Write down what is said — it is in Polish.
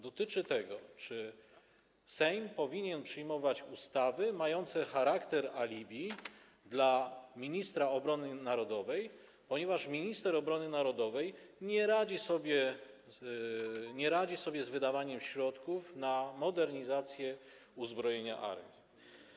Dotyczy tego, czy Sejm powinien przyjmować ustawy mające charakter alibi dla ministra obrony narodowej, ponieważ minister obrony narodowej nie radzi sobie z wydawaniem środków na modernizację uzbrojenia armii.